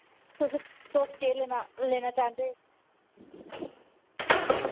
तुस तुस केह् लैना लेना चाह्ंदे